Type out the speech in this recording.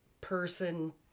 person